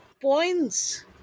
points